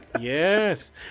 Yes